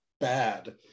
bad